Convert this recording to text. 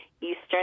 Eastern